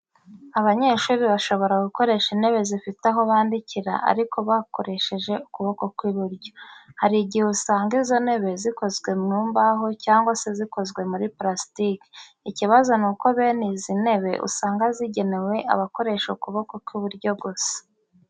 Abanyeshuri bashobora gukoresha intebe zifite aho bandikira ariko bakoresheje ukuboko kw'iburyo. Hari igihe usanga izo ntebe zikozwe mu mbaho cyangwa se zikozwe muri purasitike. Ikibazo ni uko bene izi ntebe usanga zigenewe abakoresha ukuboko kw'iburyo gusa.